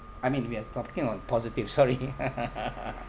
I mean we're talking about positive sorry